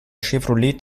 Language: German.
chevrolet